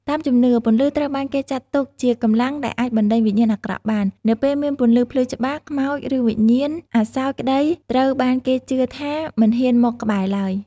តាមជំនឿ ពន្លឺត្រូវបានគេចាត់ទុកជាកម្លាំងដែលអាចបណ្តេញវិញ្ញាណអាក្រក់បាន នៅពេលមានពន្លឺភ្លឺច្បាស់ ខ្មោច ឬវិញ្ញាណអសោកក្តីត្រូវបានគេជឿថាមិនហ៊ានមកក្បែរឡើយ ។